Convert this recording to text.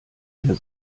mehr